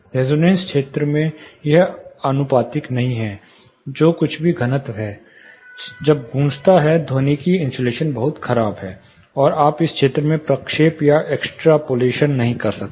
resonance क्षेत्र में यह आनुपातिक नहीं है जो कुछ भी घनत्व है जब गूंजता है ध्वनिकी इन्सुलेशन बहुत खराब है और आप इस क्षेत्र में प्रक्षेप या एक्सट्रपलेशन नहीं कर सकते